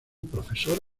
profesor